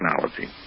technology